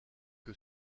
que